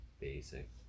basic